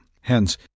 Hence